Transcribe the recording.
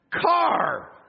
car